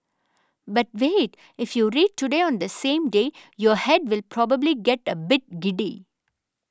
but wait if you read Today on the same day your head will probably get a bit giddy